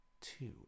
two